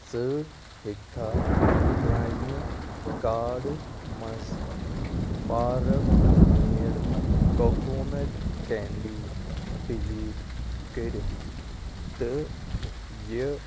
ژٕ ہیٚکہِ کھا میٛانہِ کارڈٕ منٛز farm made coconut candy delete کٔرِتھ تہٕ یہِ